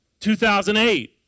2008